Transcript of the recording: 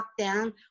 lockdown